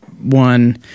one